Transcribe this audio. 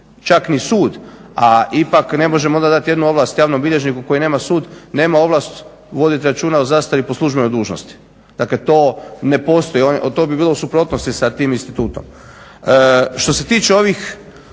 Čak ni sud, a ipak ne možemo onda dati jednu ovlast javnom bilježniku koji nema sud, nema ovlast voditi računa o zastari po službenoj dužnosti. Dakle to ne postoji, to bi bilo u suprotnosti sa tim institutom. Što se tiče ovih